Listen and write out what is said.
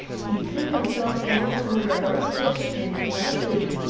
he threw himself down under a rose-bush, and fell asleep.